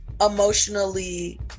emotionally